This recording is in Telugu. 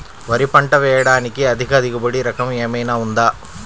వరి పంట వేయటానికి అధిక దిగుబడి రకం ఏమయినా ఉందా?